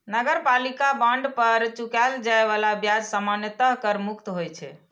नगरपालिका बांड पर चुकाएल जाए बला ब्याज सामान्यतः कर मुक्त होइ छै